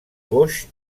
boix